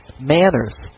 manners